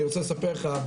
אני רוצה לספר לך,